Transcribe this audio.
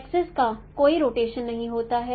axis का कोई rotation नहीं होता है